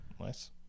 Nice